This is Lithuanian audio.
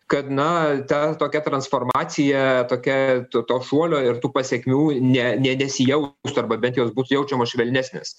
kad na ta tokia transformacija tokia to to šuolio ir tų pasekmių ne ne nesijaustų arba bent jos būtų jaučiamos švelnesnės